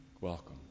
Welcome